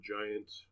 giant